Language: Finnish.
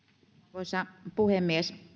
arvoisa puhemies